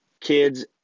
kids